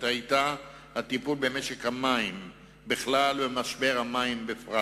היתה הטיפול במשק המים בכלל ובמשבר המים בפרט.